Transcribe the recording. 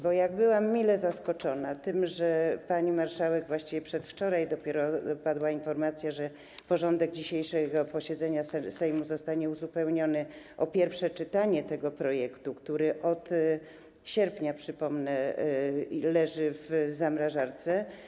Byłam mile zaskoczona tym, że pani marszałek powiedziała - właściwie przedwczoraj dopiero padła ta informacja - że porządek dzisiejszego posiedzenia Sejmu zostanie uzupełniony o pierwsze czytanie tego projektu, który od sierpnia - przypomnę - leży w zamrażarce.